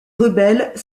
rebelles